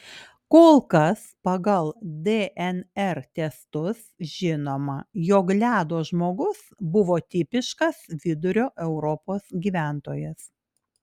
kol kas pagal dnr testus žinoma jog ledo žmogus buvo tipiškas vidurio europos gyventojas